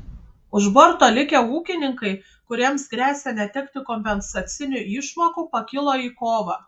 už borto likę ūkininkai kuriems gresia netekti kompensacinių išmokų pakilo į kovą